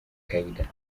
qaeda